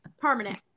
permanent